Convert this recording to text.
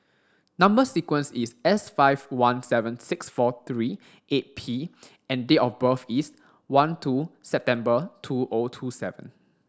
number sequence is S five one seven six four three eight P and date of birth is one two September two zero two seven